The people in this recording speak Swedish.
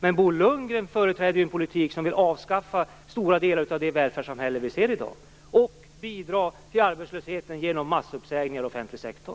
Men Bo Lundgren företräder en politik som vill avskaffa stora delar av det välfärdssamhälle vi har i dag och bidra till arbetslösheten genom massuppsägningar i offentlig sektor.